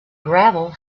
gravel